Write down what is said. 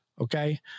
Okay